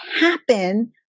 happen